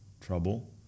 trouble